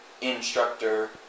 instructor